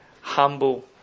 humble